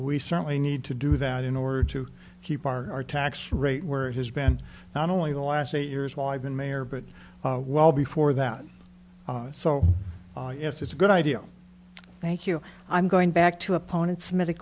we certainly need to do that in order to keep our tax rate where it has been not only the last eight years while i've been mayor but well before that so yes it's a good idea thank you i'm going back to opponents medic